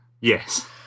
Yes